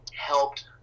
Helped